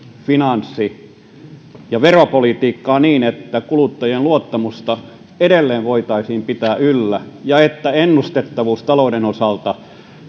finanssi ja veropolitiikkaa niin että kuluttajien luottamusta edelleen voitaisiin pitää yllä ja että ennustettavuus talouden osalta